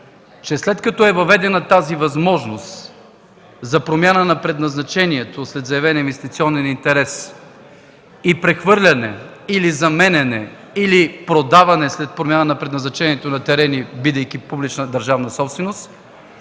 че след като е въведена възможността за промяна на предназначението след заявения инвестиционен интерес и прехвърляне или заменяне, или продаване след промяна на предназначението на терени, бидейки публична държавна собственост,